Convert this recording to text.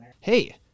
Hey